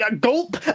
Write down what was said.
gulp